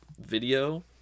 video